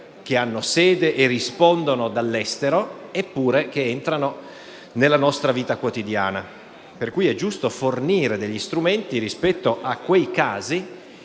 hanno sede e rispondono dall'estero, e che pure entrano nella nostra vita quotidiana. Quindi è giusto fornire strumenti rispetto ai casi